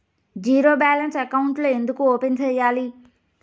zero balance అకౌంట్లు ఎందుకు open సేయాలి